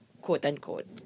quote-unquote